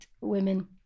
women